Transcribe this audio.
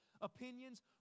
opinions